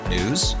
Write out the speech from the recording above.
News